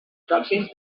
pròxims